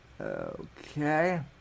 Okay